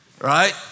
right